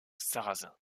sarrazin